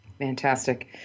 Fantastic